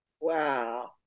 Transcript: Wow